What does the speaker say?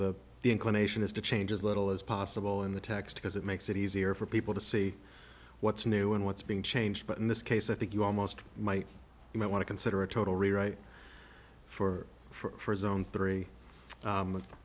that the inclination is to change as little as possible in the text because it makes it easier for people to see what's new and what's being changed but in this case i think you almost might you might want to consider a total rewrite for for a zone three